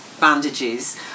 bandages